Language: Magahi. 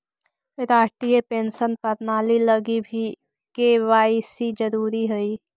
राष्ट्रीय पेंशन प्रणाली लगी भी के.वाए.सी जरूरी हई